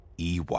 EY